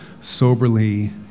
soberly